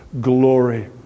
glory